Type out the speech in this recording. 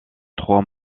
trois